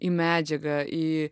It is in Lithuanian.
į medžiagą į